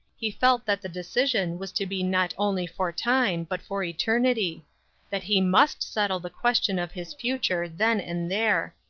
he felt that the decision was to be not only for time, but for eternity that he must settle the question of his future then and there.